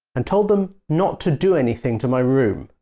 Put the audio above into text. and told them not to do anything to my room.